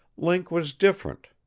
link was different.